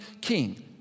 King